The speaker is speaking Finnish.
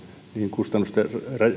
niin kustannusten